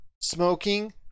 smoking